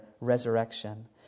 resurrection